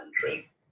country